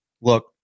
Look